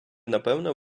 напевно